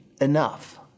enough